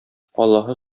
аллаһы